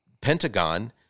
Pentagon